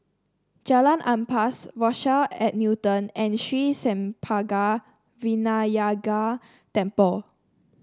Jalan Ampas Rochelle at Newton and Sri Senpaga Vinayagar Temple